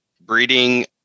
breeding